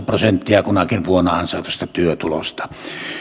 prosenttia kunakin vuonna ansaitusta työtulosta